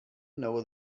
know